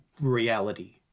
reality